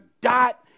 dot